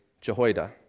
Jehoiada